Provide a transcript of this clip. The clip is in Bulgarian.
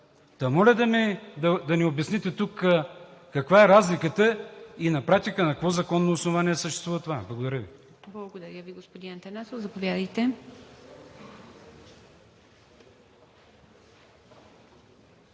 Та моля да ни обясните тук каква е разликата и на практика на какво законно основание съществува това? Благодаря Ви. ПРЕДСЕДАТЕЛ ИВА МИТЕВА: Благодаря Ви, господин Атанасов. Заповядайте,